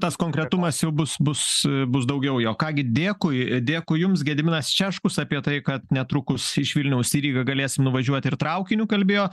tas konkretumas jau bus bus bus daugiau jo ką gi dėkui dėkui jums gediminas češkus apie tai kad netrukus iš vilniaus į rygą galėsim nuvažiuoti ir traukiniu kalbėjo